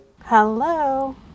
Hello